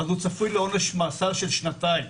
הוא צפוי לעונש מאסר של שנתיים.